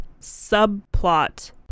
subplot